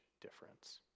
difference